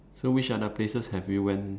so which other places have you went